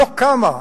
לא קמה.